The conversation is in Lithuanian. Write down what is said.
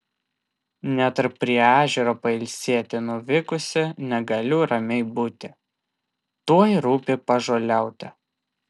net ir prie ežero pailsėti nuvykusi negaliu ramiai būti tuoj rūpi pažoliauti